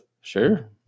Sure